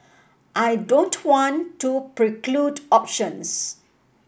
I don't want to preclude options